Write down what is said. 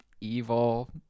evil